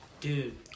Dude